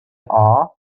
are